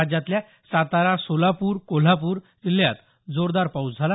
राज्यातल्या सातारा सोलापूर कोल्हापूर जिल्ह्यात जोरदार पाऊस झाला